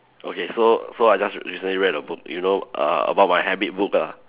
okay so so I just recently read a book you know err about my habit book ah